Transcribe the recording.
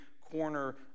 corner